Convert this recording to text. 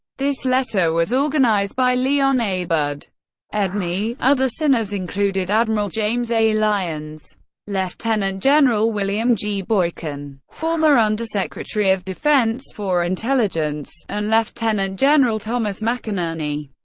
this letter was organized by leon a. bud edney other signers included admiral james a. lyons lieutenant general william g. boykin, former undersecretary of defense for intelligence and lieutenant general thomas mcinerney,